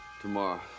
Tomorrow